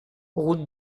route